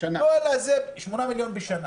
8 מיליון שקל בשנה.